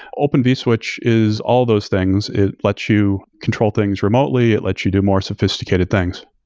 open vswitch is all those things. it lets you control things remotely, it lets you do more sophisticated things.